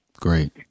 Great